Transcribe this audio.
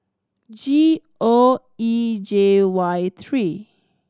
G O E J Y three